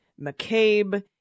McCabe